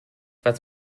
was